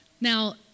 Now